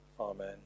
Amen